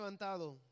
levantado